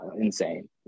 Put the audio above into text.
insane